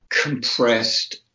compressed